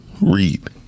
read